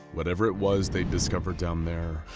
whatever it was they'd discovered down there,